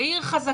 שהיא עיר חזקה,